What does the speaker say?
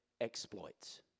exploits